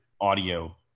audio